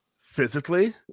physically